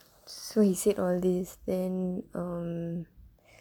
so he said all these then um